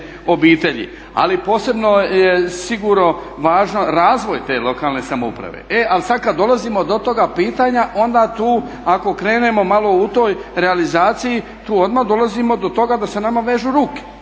Ali posebno je sigurno važan razvoj te lokalne samouprave. E ali sada kada dolazimo do toga pitanja onda tu ako krenemo u toj realizaciji tu odmah dolazimo do toga da se nama vežu ruke.